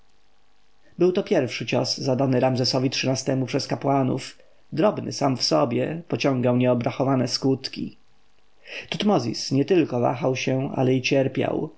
to pierwszy cios zadany ramzesowi xiii-temu przez kapłanów drobny sam w sobie pociągał nieobrachowane skutki tutmozis nietylko wahał się ale i cierpiał